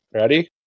Ready